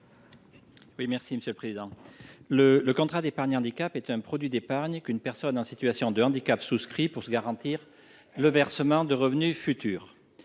à M. Bernard Delcros. Le contrat d’épargne handicap est un produit d’épargne qu’une personne en situation de handicap souscrit pour se garantir le versement de revenus futurs.